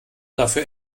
dafür